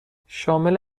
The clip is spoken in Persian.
شامل